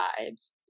vibes